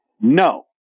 No